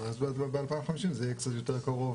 ואז ב-2050 זה יהיה קצת יותר קרוב